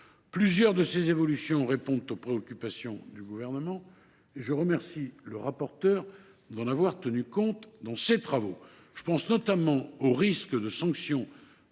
Plusieurs de ces évolutions répondent aux préoccupations du Gouvernement ; je remercie le rapporteur d’en avoir tenu compte dans le cadre de ses travaux. Je pense notamment au risque de sanctions